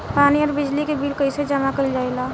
पानी और बिजली के बिल कइसे जमा कइल जाला?